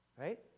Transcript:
right